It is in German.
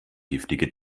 giftige